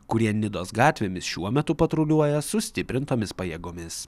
kurie nidos gatvėmis šiuo metu patruliuoja sustiprintomis pajėgomis